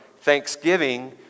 thanksgiving